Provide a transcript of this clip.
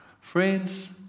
Friends